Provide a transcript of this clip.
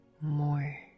more